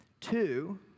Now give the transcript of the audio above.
Two